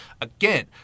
Again